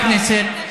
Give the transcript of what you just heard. תשובה, נא לשבת.